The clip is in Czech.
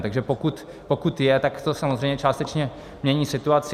Takže pokud je, tak to samozřejmě částečně mění situaci.